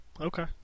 okay